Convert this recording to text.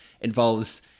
involves